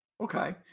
Okay